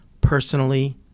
personally